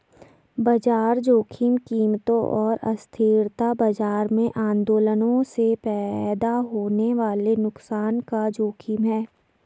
बाजार जोखिम कीमतों और अस्थिरता बाजार में आंदोलनों से पैदा होने वाले नुकसान का जोखिम है